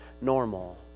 normal